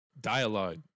Dialogue